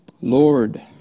Lord